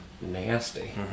Nasty